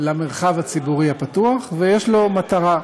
למרחב הציבורי הפתוח, ויש לו מטרה,